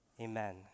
amen